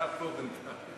אתה פה בינתיים.